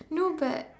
no but